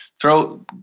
throw